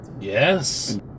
Yes